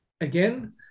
again